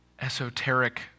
esoteric